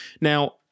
Now